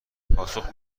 پاسخ